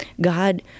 God